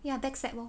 ya backstab lor